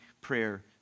prayer